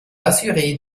assurer